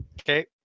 Okay